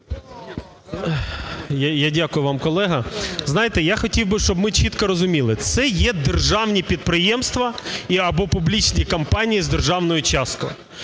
Я дякую вам, колега. Знаєте, я хотів би, щоб ми чітко розуміли, це є державні підприємства або публічні компанії з державною часткою.